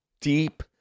deep